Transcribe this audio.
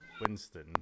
Winston